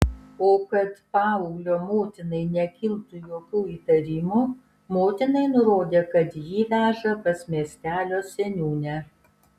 o kad paauglio motinai nekiltų jokių įtarimų motinai nurodė kad jį veža pas miestelio seniūnę